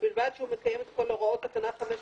ובלבד שהוא מקיים את כל הוראות תקנה 582